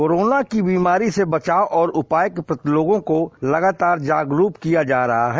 corona की बीमारी के बचाव और उपाय के प्रति लोंगों को लगातार जागरूक किया जा रहा है